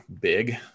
big